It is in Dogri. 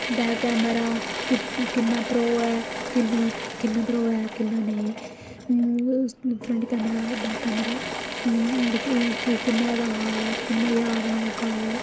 बैक कैमरा किन्ना प्रोह् ऐ किन्ना प्रोह् ऐ किन्ना नेईं फ्रंट कैमरा बैक कैमरा किन्ना ओह्दा किन्ना ज्हारां होगा ओह्